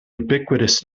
ubiquitous